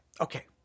okay